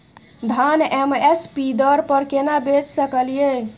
धान M S P दर पर केना बेच सकलियै?